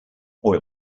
oil